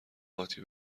قاطی